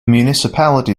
municipality